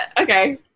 Okay